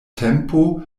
tempo